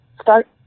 start